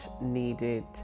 needed